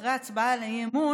אחרי ההצבעה על האי-אמון,